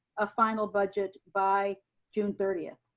a final budget by june thirtieth.